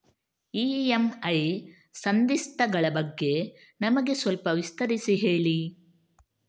EMI ಸಂಧಿಸ್ತ ಗಳ ಬಗ್ಗೆ ನಮಗೆ ಸ್ವಲ್ಪ ವಿಸ್ತರಿಸಿ ಹೇಳಿ